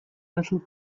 little